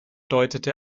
deutete